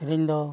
ᱟᱹᱞᱤᱧ ᱫᱚ